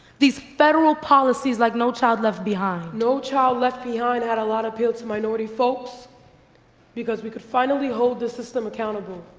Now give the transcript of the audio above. these federal policies like no child left behind. no child left behind a lot of appeal to minority folks because we could finally hold the system accountable.